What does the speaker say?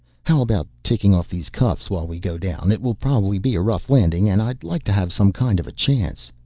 how about taking off these cuffs while we go down. it will probably be a rough landing and i'd like to have some kind of a chance.